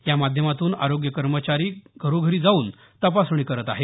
या माध्यमातून आरोग्य कर्मचारी घरोघरी जाऊन तपासणी करत आहेत